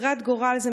גזירת גורל,